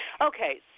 Okay